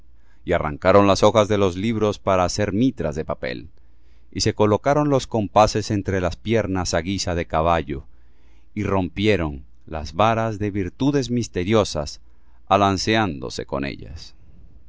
y arrancaron las hojas de los libros para hacer mitras de papel y se colocaron los compases entre las piernas á guisa de caballo y rompieron las varas de virtudes misteriosas alanceándose con ellas